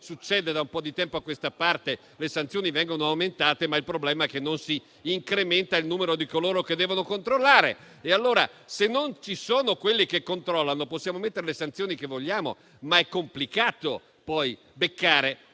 succede da un po' di tempo a questa parte, vengono aumentate, ma il problema è che non si incrementa il numero di coloro che devono controllare. Se allora non ci sono quelli che controllano, possiamo mettere le sanzioni che vogliamo, ma è complicato scovare